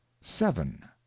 seven